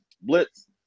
blitz